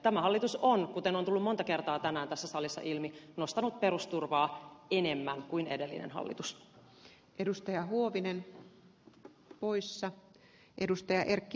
tämä hallitus on kuten on tullut monta kertaa tänään tässä salissa ilmi nostanut perusturvaa enemmän kuin edellinen hallitus